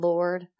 Lord